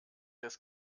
des